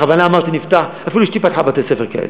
בכוונה אמרתי נפתח, אפילו אשתי פתחה בתי-ספר כאלה.